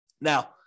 Now